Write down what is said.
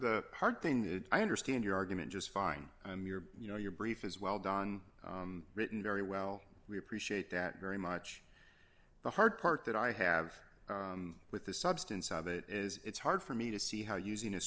understand your argument just fine and your you know your brief is well done written very well we appreciate that very much the hard part that i have with the substance of it is it's hard for me to see how using a